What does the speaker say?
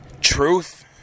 truth